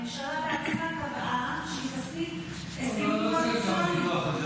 הממשלה בעצמה קבעה שהיא תקפיא הסכמים קואליציוניים.